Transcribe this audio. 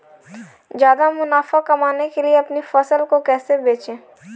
ज्यादा मुनाफा कमाने के लिए अपनी फसल को कैसे बेचें?